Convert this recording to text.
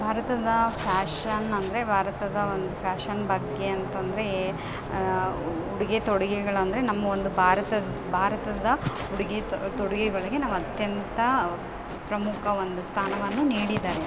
ಭಾರತದ ಫ್ಯಾಷನ್ ಅಂದರೆ ಭಾರತದ ಒಂದು ಫ್ಯಾಷನ್ ಬಗ್ಗೆ ಅಂತಂದರೆ ಉಡುಗೆ ತೊಡುಗೆಗಳಂದ್ರೆ ನಮ್ಮ ಒಂದು ಭಾರತದ್ ಭಾರತದ ಉಡುಗೆ ತೊಡುಗೆಗೆಗಳ್ಗೆ ನಾವು ಅತ್ಯಂತ ಪ್ರಮುಖ ಒಂದು ಸ್ಥಾನವನ್ನು ನೀಡಿದಾರೆ